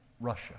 Russia